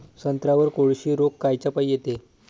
संत्र्यावर कोळशी रोग कायच्यापाई येते?